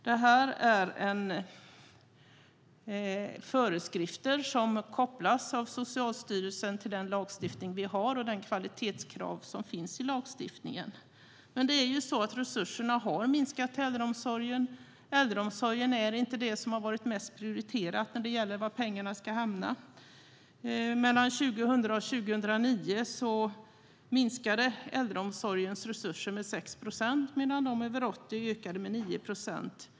Det här är föreskrifter som kopplas av Socialstyrelsen till den lagstiftning som finns och de kvalitetskrav som finns i lagstiftningen. Resurserna till äldreomsorgen har minskat. Äldreomsorgen har inte varit prioriterad när det gäller var pengarna ska hamna. Mellan 2000 och 2009 minskade äldreomsorgens resurser med 6 procent, medan antalet äldre över 80 år ökade med 9 procent.